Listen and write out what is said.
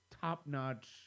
top-notch